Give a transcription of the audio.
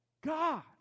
God